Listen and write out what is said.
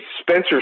Spencer